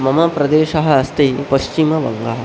मम प्रदेशः अस्ति पश्चिमबङ्गा